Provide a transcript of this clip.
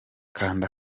kanda